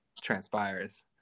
transpires